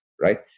right